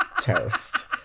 toast